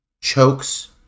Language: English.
chokes